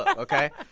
but ok?